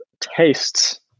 tastes